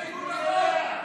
בניגוד לחוק.